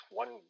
one